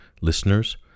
listeners